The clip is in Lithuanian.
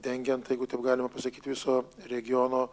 dengiant jeigu taip galima pasakyti viso regiono